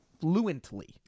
fluently